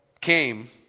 came